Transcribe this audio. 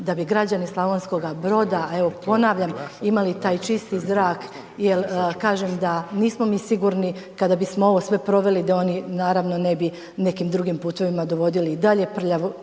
da bi građani Slavonskoga Broda, evo ponavljam, imali taj čisti zrak jer kažem, da nismo mi sigurni kada bismo ovo sve proveli, da oni naravno ne bi nekim drugim putevima dovodili i dalje prljavu